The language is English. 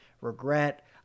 regret